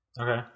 Okay